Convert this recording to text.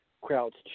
crowds